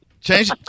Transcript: change